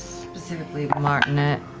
specifically the martinet.